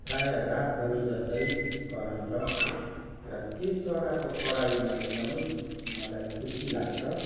प्राय रातभरि जस्तै कराउँछ र त्यो चराको कराइमै एकदमै मलाई खुसी लाग्छ